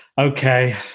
okay